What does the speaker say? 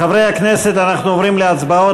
חברי הכנסת, אנחנו עוברים להצבעות.